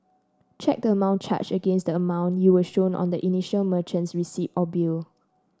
check the amount charged against the amount you were shown on the initial merchant's receipt or bill